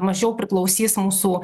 mažiau priklausys mūsų